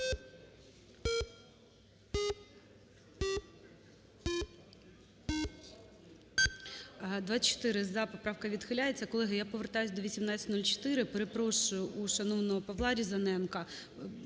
24-за. Поправка відхиляється. Колеги, я повертаюся до 1804. Перепрошую у шановного Павла Різаненка.